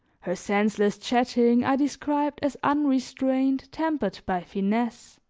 her senseless chatting i described as unrestraint tempered by finesse,